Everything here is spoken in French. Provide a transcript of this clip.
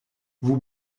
vous